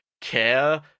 care